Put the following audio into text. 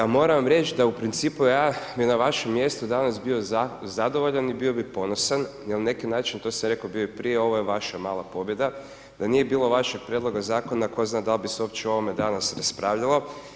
A moram vam reći da u principu ja bi na vašem mjestu danas bio zadovoljan i bio bih ponosan jer na neki način, to sam i rekao bio i prije ovo je vaša mala pobjeda, da nije bilo vašeg prijedloga zakona tko zna da li bi se uopće o ovome danas raspravljalo.